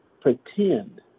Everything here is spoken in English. pretend